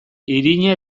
irina